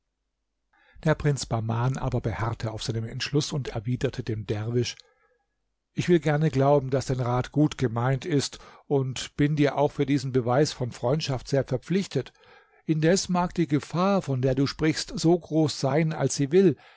der prinz bahman aber beharrte auf seinem entschluß und erwiderte dem derwisch ich will gerne glauben daß dein rat gut gemeint ist auch bin ich dir für diesen beweis von freundschaft sehr verpflichtet indes mag die gefahr von der du sprichst so groß sein als sie will